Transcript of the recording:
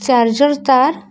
charger ତା